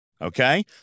Okay